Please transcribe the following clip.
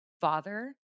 father